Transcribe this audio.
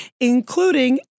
including